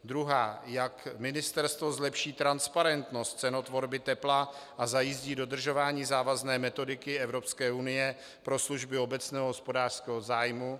Druhá: Jak ministerstvo zlepší transparentnost cenotvorby tepla a zajistí dodržování závazné metodiky Evropské unie pro služby obecného hospodářského zájmu?